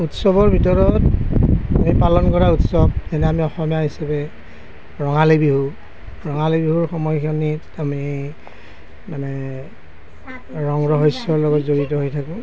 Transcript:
উৎসৱৰ ভিতৰত আমি পালন কৰা উৎসৱ যেনে আমি অসমীয়া হিচাবে ৰঙালী বিহু ৰঙালী বিহুৰ সময়খিনিত আমি মানে ৰং ৰইচৰ লগত জড়িত হৈ থাকোঁ